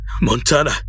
Montana